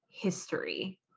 History